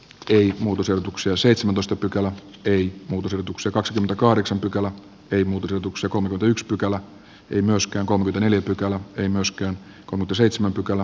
tein muutosehdotuksia seitsemäntoista pykälä ei muutu sovituksen kaksikymmentäkahdeksan pykälää ei muutu seutuksek on yks pykälä ei myöskään kohde neljä pykälää ei äänestetään valiokunnan ehdotusta vastaan